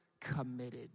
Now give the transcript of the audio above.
committed